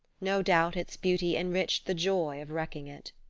no doubt its beauty enriched the joy of wrecking it.